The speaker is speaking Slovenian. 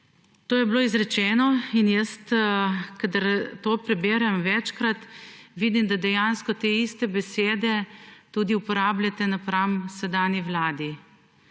To je bilo izrečeno in jaz kadar to preberem večkrat, vidim da dejansko te iste besede tudi uporabljate napram sedanji Vladi,